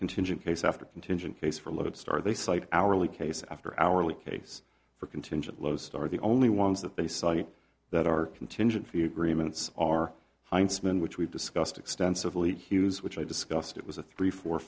contingent case after contingent case for lodestar they cite hourly case after hourly case for contingent lodestar the only ones that they cite that are contingency agreements are heinzman which we've discussed extensively hughes which i discussed it was a three four